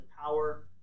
power